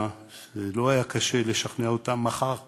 לא היה קשה לשכנע אותם, מחר נמשיך,